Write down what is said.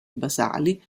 basali